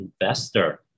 investor